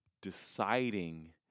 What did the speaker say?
deciding